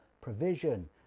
provision